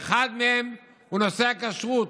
ואחד מהנושאים הוא נושא הכשרות,